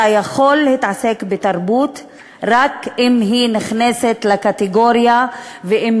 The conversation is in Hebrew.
יכול להתעסק בתרבות רק אם היא נכנסת לקטגוריה ואם